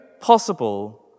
possible